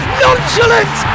nonchalant